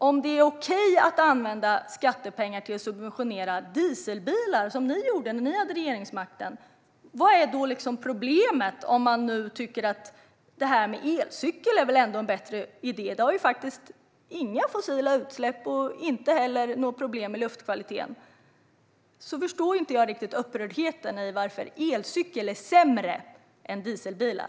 Om det är okej att använda skattepengar till subventionerade dieselbilar, som ni gjorde när ni hade regeringsmakten, vad är då problemet om man nu tycker att elcyklar är en bättre idé? Elcyklar har inga fossila utsläpp och leder inte heller till något problem med luftkvaliteten. Då förstår jag inte riktigt upprördheten över att elcykel skulle vara sämre än dieselbilar.